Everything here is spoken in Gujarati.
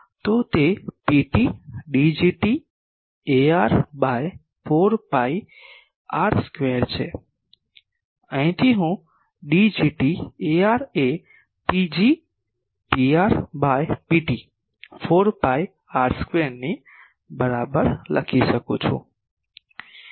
તો તે Pt Dgt Ar by 4 pi R square છે અહીંથી હું Dgt Ar એ Pr by Pt 4 pi R square ની બરાબર લખી શકું